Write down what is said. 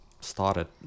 started